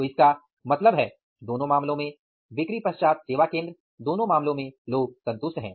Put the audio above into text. तो इसका मतलब है दोनों मामलों में बिक्री पश्चात सेवा केंद्र दोनों मामलों में लोग संतुष्ट हैं